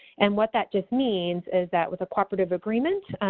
and what that just means is that, with the cooperative agreement,